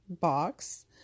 box